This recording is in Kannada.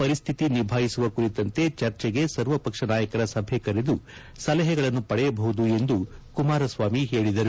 ಪರಿಸ್ಠಿತಿ ನಿಭಾಯಿಸುವ ಕುರಿತಂತೆ ಚರ್ಚೆಗೆ ಸರ್ವಪಕ್ಷ ನಾಯಕರ ಸಭೆ ಕರೆದು ಸಲಹೆಗಳನ್ನು ಪಡೆಯಬಹುದು ಎಂದು ಕುಮಾರಸ್ವಾಮಿ ಹೇಳಿದರು